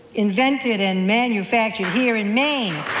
invented and manufactured here in maine.